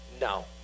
No